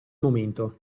momento